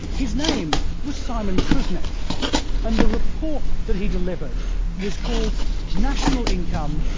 his name was simon kuznets and the report that he delivered was called national income,